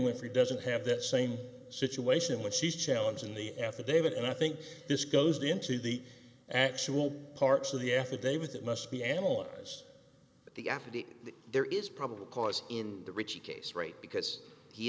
winfrey doesn't have that same situation in which she's challenging the affidavit and i think this goes into the actual parts of the affidavit that must be analyzed the after the there is probable cause in the ricci case right because he